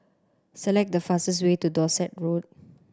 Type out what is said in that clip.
select the fastest way to Dorset Road